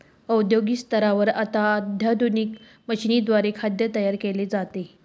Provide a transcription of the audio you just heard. औद्योगिक स्तरावर आता आधुनिक मशीनद्वारे खाद्य तयार केले जाते